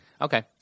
Okay